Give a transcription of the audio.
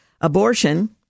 abortion